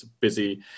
busy